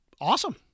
awesome